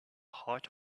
height